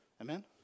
Amen